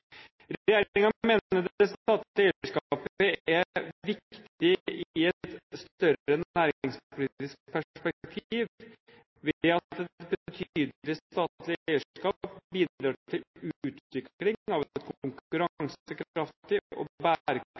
er viktig i et større næringspolitisk perspektiv, ved at et betydelig statlig eierskap bidrar til utviklingen av